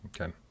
Okay